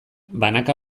banaka